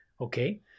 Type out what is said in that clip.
okay